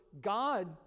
God